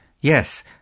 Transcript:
Yes